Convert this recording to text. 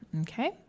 okay